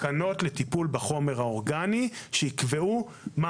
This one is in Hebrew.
תקנות לטיפול בחומר האורגני שיקבעו מה